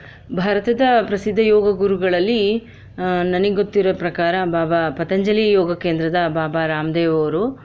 ಭಾರತದ ಪ್ರಸಿದ್ಧ ಯೋಗ ಗುರುಗಳಲ್ಲಿ ನನಗ್ ಗೊತ್ತಿರೋ ಪ್ರಕಾರ ಬಾಬಾ ಪತಂಜಲಿ ಯೋಗ ಕೇಂದ್ರದ ಬಾಬಾ ರಾಮ್ದೇವ್ ಅವರು